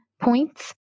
points